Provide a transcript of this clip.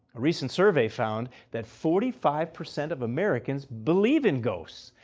a recent survey found that forty five percent of americans believe in ghosts,